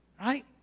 right